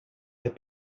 have